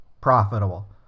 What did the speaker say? profitable